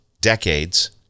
decades